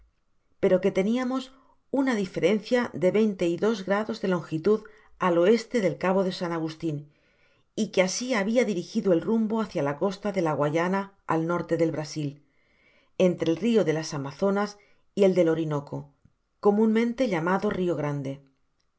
pero que teníamos una diferencia de veinte y dos grados de longitud al oeste del cabo de san agustin y que así habia dirigido el rumbo hácia la costa de la guayana al norte del brasil entro el rio de las amazonas y el del orinoco comunmente llamado rio grande